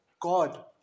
God